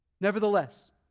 Nevertheless